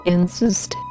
Insist